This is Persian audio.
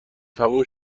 تموم